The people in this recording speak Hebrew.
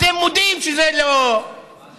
אתם מודים שהיא לא מאוחדת.